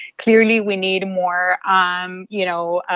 clearly, we need more, um you know,